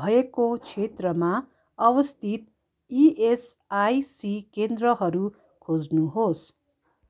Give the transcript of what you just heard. भएको क्षेत्रमा अवस्थित इएसआइसी केन्द्रहरू खोज्नुहोस्